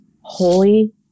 holy